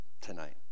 tonight